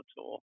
Tool